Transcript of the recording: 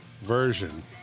Version